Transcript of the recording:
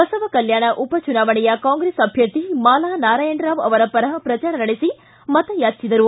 ಬಸವಕಲ್ವಾಣ ಉಪ ಚುನಾವಣೆಯ ಕಾಂಗ್ರೆಸ್ ಅಭ್ಯರ್ಥಿ ಮಾಲಾ ನಾರಾಯಣರಾವ್ ಅವರ ಪರ ಪ್ರಚಾರ ನಡೆಸಿ ಮತ ಯಾಚಿಸಿದರು